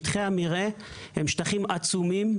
שטחי המרעה הם שטחים עצומים,